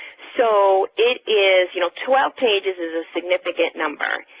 so it is you know, twelve pages is a significant number,